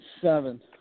Seven